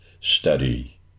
study